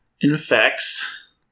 Infects